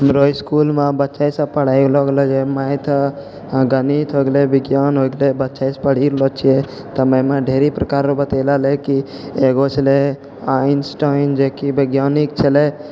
हमरो इसकुल मे बच्चे सभ पढ़ैलो गेलै मैथ गणित हो गेलै बिज्ञान हो गेलै बच्चे सॅं पढ़ि रहलौ छै एहिमे ढेरी प्रकारके बतैलऽ कि एगो छलै आइन्सटाइन जेकि बैज्ञानिक छलै